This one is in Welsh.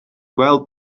gweld